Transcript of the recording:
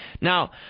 Now